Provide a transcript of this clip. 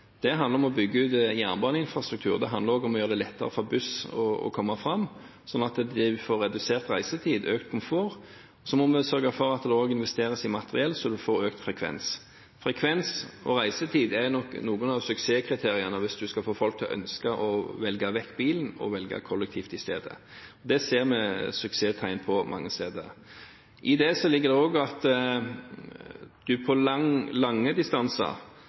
Det handler om å bygge ut jernbaneinfrastruktur. Det handler også om å gjøre det lettere for buss å komme fram, så en får redusert reisetid og økt komfort. Så må vi sørge for at det også investeres i materiell, så vi får økt frekvens. Frekvens og reisetid er nok noen av suksesskriteriene hvis en skal få folk til å ønske å velge vekk bilen og velge kollektivt i stedet. Det ser vi suksesstegn på mange steder. I det ligger det også at en på lange distanser